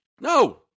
No